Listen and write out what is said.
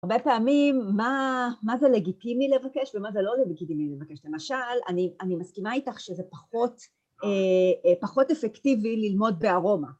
הרבה פעמים מה זה לגיטימי לבקש ומה זה לא לגיטימי לבקש למשל, אני מסכימה איתך שזה פחות פחות אפקטיבי ללמוד בארומה